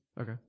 Okay